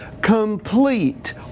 Complete